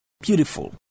beautiful